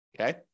okay